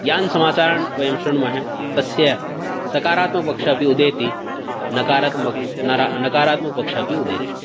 यान् समाचारान् वयं शृणुमः तस्य सकारात्मकपक्षः अपि उदेति नकारात्मक नरा नकारात्मकपक्षः अपि उदेति